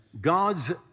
God's